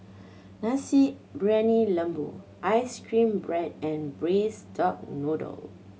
Nasi Briyani Lembu ice cream bread and Braised Duck Noodle